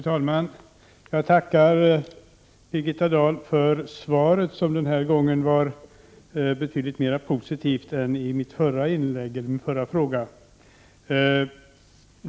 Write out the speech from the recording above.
Herr talman! Jag tackar Birgitta Dahl för svaret, som den här gången var betydligt mer positivt än svaret på min förra fråga.